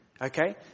Okay